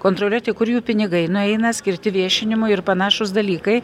kontroliuoti kur jų pinigai nueina skirti viešinimui ir panašūs dalykai